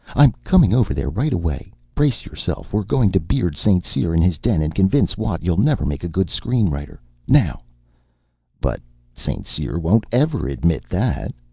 i'm coming over there right away. brace yourself. we're going to beard st. cyr in his den and convince watt you'll never make a good screen-writer. now but st. cyr won't ever admit that,